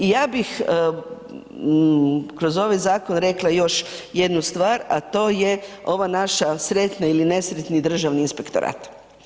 I ja bih kroz ovaj zakon rekla još jednu stvar, a to je ova naša sretna ili nesretni Državni inspektorat.